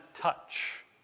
touch